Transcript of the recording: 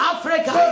Africa